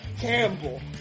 Campbell